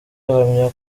ahamya